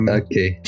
okay